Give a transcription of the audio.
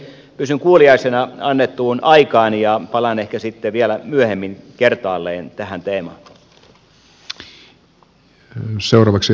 pysyn kuuliaisena annettua aikaa kohtaan ja palaan ehkä sitten vielä myöhemmin kertaalleen tähän teemaan